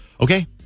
okay